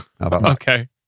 Okay